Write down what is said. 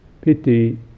pity